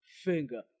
finger